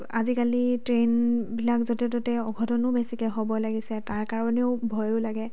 আজিকালি ট্ৰেইনবিলাক য'তে ত'তে অঘটনো বেছিকে হ'ব লাগিছে তাৰ কাৰণেও ভয়ো লাগে